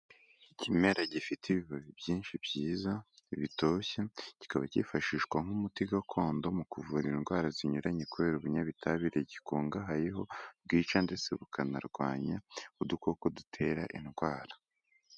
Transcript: Ikimera gifite ibibabi byinshi byiza bitoshye, kikaba cyifashishwa nk'umuti gakondo mu kuvura indwara zinyuranye kubera ibinyabitabire gikungahayeho, bwica ndetse bukanarwanya udukoko dutera indwara.